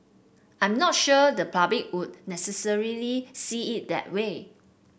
I'm not sure the public would necessarily see it that way